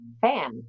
fan